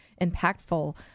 impactful